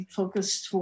focused